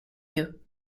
you